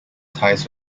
ties